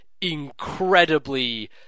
incredibly